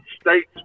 states